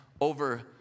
over